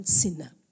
sinner